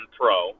Pro